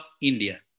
India